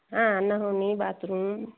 हाँ नहाने बाथरूम